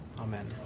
Amen